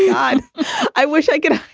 yeah i i wish i could